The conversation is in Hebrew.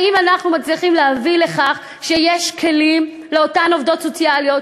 האם אנחנו מצליחים להביא לכך שיש כלים לאותן עובדות סוציאליות